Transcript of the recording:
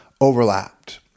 overlapped